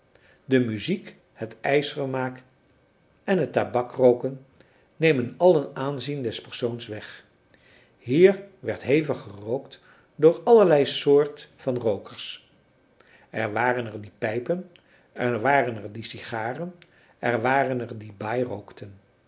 de muziek het ijsvermaak en het tabakrooken nemen allen aanzien des persoons weg hier werd hevig gerookt door allerlei soort van rookers er waren er die pijpen er waren er die sigaren er waren er die baai rookten